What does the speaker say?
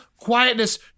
quietness